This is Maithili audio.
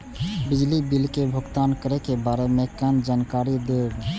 बिजली बिल के भुगतान करै के बारे में केना जानकारी देब?